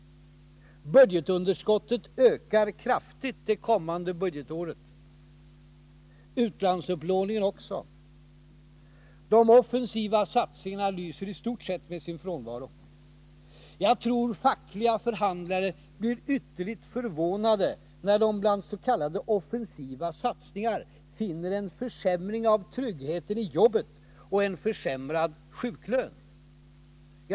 Budgetunderskottet ökar kraftigt det kommande budgetåret, utlandsupplåningen också. De offensiva satsningarna lyser i stort sett med sin frånvaro. Jag tror fackliga förhandlare blir ytterligt förvånade när de bland s.k. offensiva satsningar finner en försämring av tryggheten i jobbet och försämrad sjuklön.